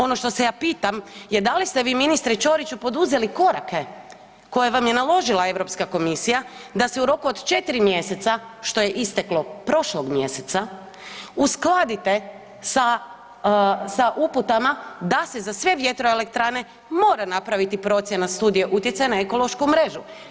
Ono što se ja pitam, je da li ste vi ministre Ćoriću poduzeli korake koje vam je naložila Europska komisija da se u roku od 4 mjeseca što je isteklo prošlog mjeseca uskladite sa uputama da se za sve vjetroelektrane mora napraviti procjena studije utjecaja na ekološku mrežu.